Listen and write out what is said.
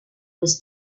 was